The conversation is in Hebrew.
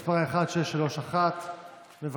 התשפ"א 2021 אני מזמין את חברת הכנסת